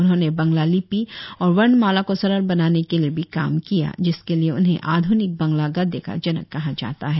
उन्होंने बांग्ला लिपि और वर्णमाला को सरल बनाने के लिए भी काम किया जिसके लिए उन्हें आध्निक बांग्ला गद्य का जनक कहा जाता है